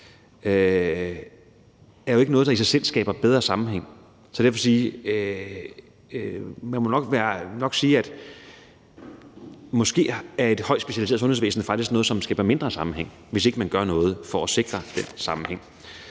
jo ikke er noget, der i sig selv skaber bedre sammenhæng. Så derfor må man sige: Måske er et højt specialiseret sundhedsvæsen faktisk noget, som skaber mindre sammenhæng, hvis ikke man gør noget for at sikre den sammenhæng.